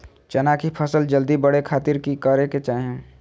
चना की फसल जल्दी बड़े खातिर की करे के चाही?